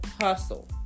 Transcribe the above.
hustle